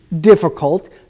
difficult